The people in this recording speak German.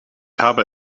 habe